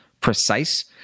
precise